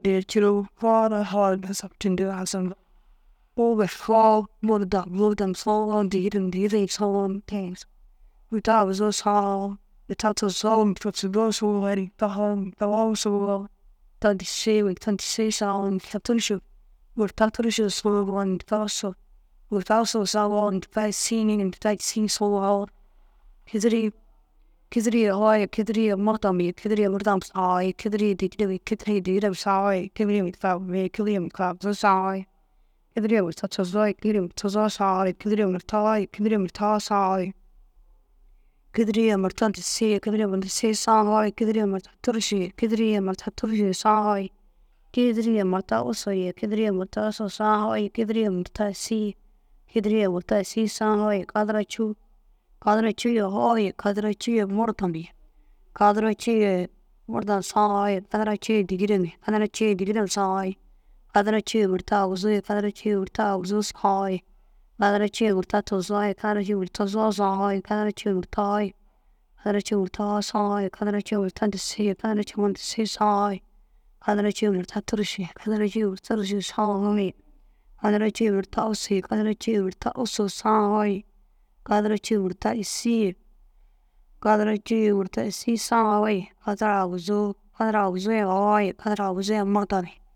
Yercinoo foo ru foo isepcitiga isabar foo murdom murdom saã foo dîgirem dîgirem saã foo murta aguzuu murta aguzuu saã foo murta tuzoo murta tuzoo saã foo murta foo murta saã foo murta disii murta disii saã foo murta tûrusu murta tûrusu saã foo murta wussi murta wussu saã foo murta yîsii murta yîsii saã foo kîdiriĩ kîdiriĩ ye foo kîdiriĩ ye murdom kîdiriĩ murdom saã foo ye kîdiriĩ ye dîgirem kîdiriĩ dîgirem saã foo kîdiriĩ ye murta aguzuu ye kîdiriĩ ye murta aguzuu saã foo ye kîdiriĩ ye murta tuzoo ye kidiriĩ murta tuzoo saã foo ye kîdiriĩ ye murta foo ye kîdiriĩ murta foo saã foo ye kîdiriĩ ye murta disii ye kîdiriĩ ye murta disii ye saã foo kîdiriĩ ye murta tûrusu kîdiriĩ murta tûrusu ye saã foo ye kîdiriĩ ye murta wussu ye kîdiriĩ ye murta wussu ye saã foo kîdiriĩ ye murta yîsii ye kîdiriĩ ye murta yîssi ye saã foo ye. Kadara cûu kadara cûu ye foo kadara cûu ye murdom ye kadara cûu ye murdom saã foo ye kadara cûu ye dîgirem ye kadara cûu ye murta aguzu kadara cûu ye murta aguzu ye saã foo kadara cûu ye murta tuzoo ye kadara cûu ye murta tuzoo ye saã foo kadara cûu murta foo ye kadara cûu ye murta foo ye saã foo kadara cûu ye murta dissi ye kadara cûu ye murta disii ye saã foo kadara cûu ye murta tûrusu ye kadara cûu murta tûrusu ye saã foo kadara cûu ye murta wussu ye kadara cûu murta wussu saã foo kadara cûu ye murta yîsii ye kadara cûu ye murta yîsii ye saã foo. Kadara aguzuu kadara aguzuu ye foo kadara aguzuu ye murdom ye